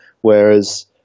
whereas